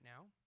now